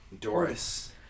Doris